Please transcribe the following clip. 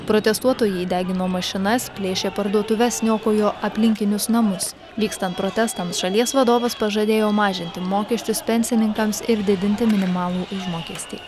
protestuotojai degino mašinas plėšė parduotuves niokojo aplinkinius namus vykstant protestams šalies vadovas pažadėjo mažinti mokesčius pensininkams ir didinti minimalų užmokestį